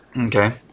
Okay